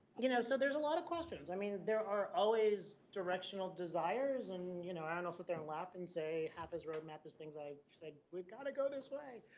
you know, so there's a lot of questions. i mean, there are always directional desires. and you know, i don't sit there and laugh and say half is road map is things i say we've got to go this way.